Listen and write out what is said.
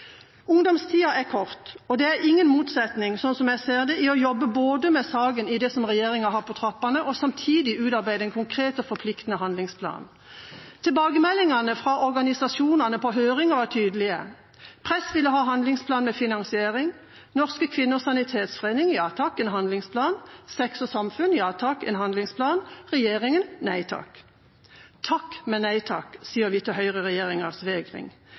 Ungdomstida er kort. Det er ingen motsetning – slik jeg ser det – mellom både å jobbe med saken i det som regjeringa har på trappene, og samtidig utarbeide en konkret og forpliktende handlingsplan. Tilbakemeldingene fra organisasjonene i høringen var tydelige. Press ville ha en handlingsplan med finansiering, Norske Kvinners Sanitetsforening, ja takk, en handlingsplan, Sex og samfunn, ja takk, en handlingsplan, regjeringa – nei takk. Takk, men nei takk, sier vi til høyreregjeringas vegring.